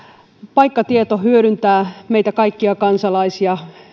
paikkatieto hyödyntää meitä kaikkia kansalaisia